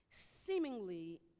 Seemingly